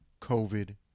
COVID